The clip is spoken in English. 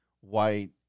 white